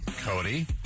Cody